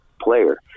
player